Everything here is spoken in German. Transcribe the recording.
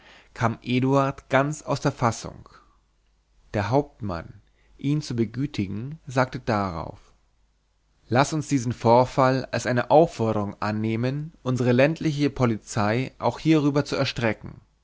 kam eduard ganz aus der fassung der hauptmann ihn zu begütigen sagte darauf laß uns diesen vorfall als eine aufforderung annehmen unsere ländliche polizei auch hierüber zu erstrecken